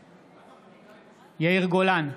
בעד יאיר גולן,